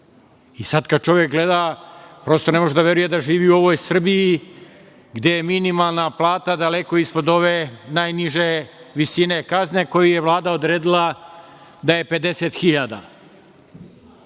kada čovek gleda, prosto ne može da veruje da živi u ovoj Srbiji, gde je minimalna plata daleko ispod ove najniže visine kazne koju je Vlada odredila da je 50.000